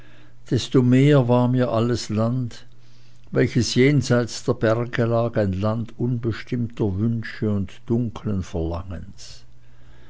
desto mehr war mir alles land welches jenseits der berge lag ein land unbestimmter wünsche und dunklen verlangens